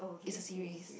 is a series